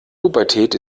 pubertät